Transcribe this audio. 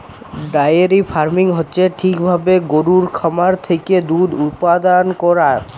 diary farming হচ্যে ঠিক ভাবে গরুর খামার থেক্যে দুধ উপাদান করাক